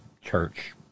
church